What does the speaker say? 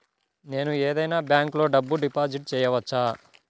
నేను ఏదైనా బ్యాంక్లో డబ్బు డిపాజిట్ చేయవచ్చా?